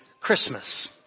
Christmas